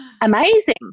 amazing